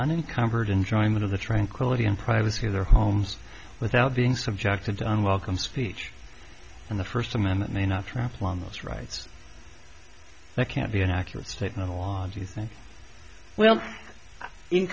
encountered enjoyment of the tranquility and privacy of their homes without being subjected to unwelcome speech and the first amendment may not trample on those rights i can't be an accurate statement on do you think well in